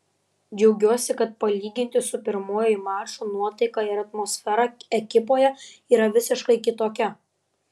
džiaugiuosi kad palyginti su pirmuoju maču nuotaika ir atmosfera ekipoje yra visiškai kitokia